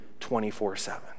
24-7